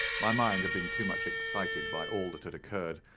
my mind had been too much excited by all that had occurred,